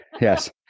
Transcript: yes